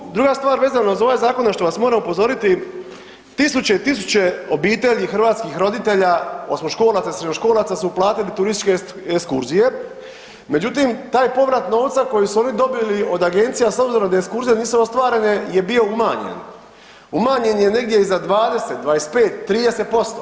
Drugu, druga stvar vezana za ovaj zakon na što vas moram upozoriti, tisuće i tisuće obitelji hrvatskih roditelja osmoškolaca i srednjoškolaca su uplatili turističke ekskurzije, međutim taj povrat novca koji su oni dobili od agencija s obzirom da ekskurzije nisu ostvarene je bio umanjen, umanjen je negdje i za 20-25-30%